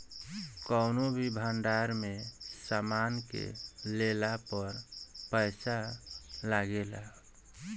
कौनो भी भंडार में सामान के लेला पर पैसा लागेला